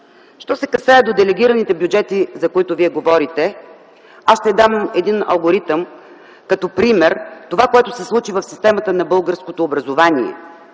Що се отнася до делегираните бюджети, за които Вие говорите, аз ще дам един алгоритъм като пример – това, което се случи в системата на българското образование.